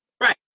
Right